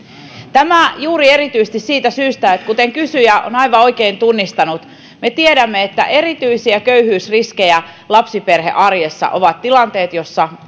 tämä erityisesti juuri siitä syystä että kuten kysyjä on aivan oikein tunnistanut me tiedämme että erityisiä köyhyysriskejä lapsiperhearjessa ovat tilanteet joissa